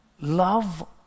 love